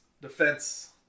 defense